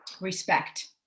respect